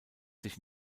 sich